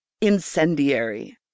incendiary